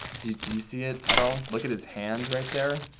do do you see it at all? look at his hand right there.